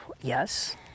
Yes